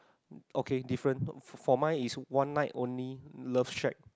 okay different for mine it's one night only love shack